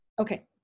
Okay